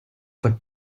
for